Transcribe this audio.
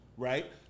Right